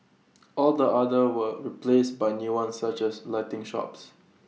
all the others were replaced by new ones such as lighting shops